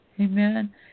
Amen